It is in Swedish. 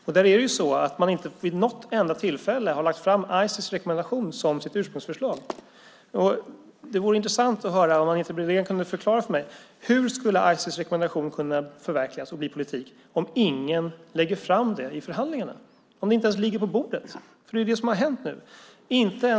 Man har inte vid något enda tillfälle lagt fram Ices rekommendation som sitt ursprungsförslag. Det vore intressant om Anita Brodén kunde förklara för mig hur Ices rekommendationer ska kunna förverkligas och bli politik om ingen lägger fram det i förhandlingarna, om det inte ens ligger på bordet? Det är det som har hänt.